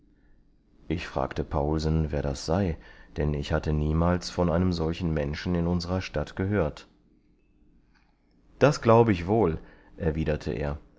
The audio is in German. ich fragte paulsen wer das sei denn ich hatte niemals von einem solchen menschen in unserer stadt gehört das glaub ich wohl erwiderte er